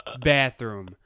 bathroom